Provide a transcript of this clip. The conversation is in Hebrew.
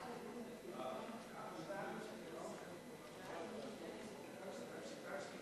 ההצעה להעביר את הצעת חוק